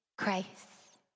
Grace